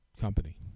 company